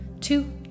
two